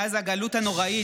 מאז הגלות הנוראית,